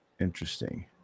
interesting